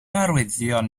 arwyddion